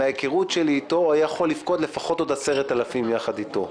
מההיכרות שלי איתו היה יכול לפקוד עוד 10,000 יחד איתו.